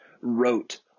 wrote